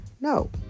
No